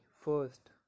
FIRST